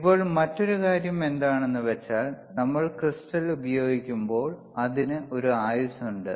ഇപ്പോൾ മറ്റൊരു കാര്യം എന്താണെന്ന് വെച്ചാൽ നമ്മൾ ക്രിസ്റ്റൽ ഉപയോഗിക്കുമ്പോൾ അതിന് ഒരു ആയുസ്സ് ഉണ്ട്